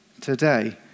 today